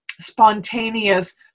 spontaneous